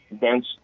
dense